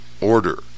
order